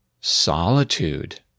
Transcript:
solitude